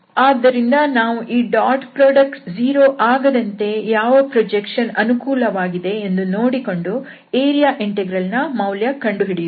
ಆದ್ದರಿಂದ ನಾವು ಈ ಡಾಟ್ ಪ್ರೋಡಕ್ಟ್ 0 ಆಗದಂತೆ ಯಾವ ಪ್ರೋಜಕ್ಷನ್ ಅನುಕೂಲವಾಗಿದೆ ಎಂದು ನೋಡಿಕೊಂಡು ಏರಿಯಾ ಇಂಟೆಗ್ರಲ್ ನ ಮೌಲ್ಯ ಕಂಡು ಹಿಡಿಯುತ್ತೇವೆ